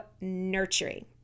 nurturing